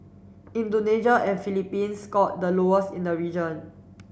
Indonesia and Philippines scored the lowest in the region